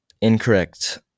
Incorrect